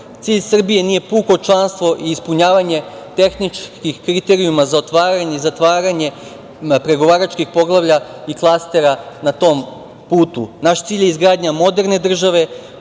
Cilj Srbije nije puko članstvo i ispunjavanje tehničkih kriterijuma za otvaranje i zatvaranje pregovaračkih poglavlja i klastera na tom putu. Naš cilj je izgradnja moderne države